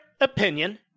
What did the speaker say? opinion